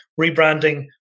rebranding